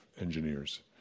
engineers